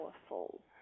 powerful